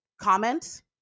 Comments